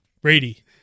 Brady